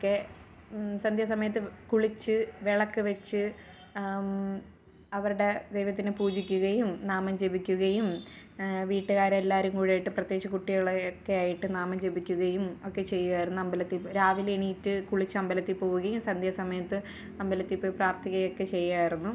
ഒക്കെ സന്ധ്യാ സമയത്ത് കുളിച്ച് വിളക്ക് വെച്ച് അവരുടെ ദൈവത്തിനെ പൂജിക്കുകയും നാമം ജപിക്കുകയും വീട്ടുകാരെല്ലാവരും കൂടിയിട്ട് പ്രത്യേകിച്ച് കുട്ടികളെയൊക്കെ ആയിട്ട് നാമം ജപിക്കുകയും ഒക്കെ ചെയ്യുമായിരുന്നു രാവിലെ എണീറ്റ് കുളിച്ചമ്പലത്തില് പോവുകയും സന്ധ്യാ സമയത്ത് അമ്പലത്തിൽ പോയി പ്രാർഥിക്കുകയുമൊക്കെ ചെയ്യുമായിരുന്നു